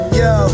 yo